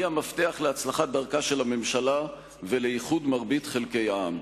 המפתח להצלחת דרכה של הממשלה ולאיחוד מרבית חלקי העם.